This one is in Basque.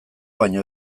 baino